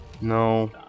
No